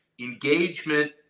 Engagement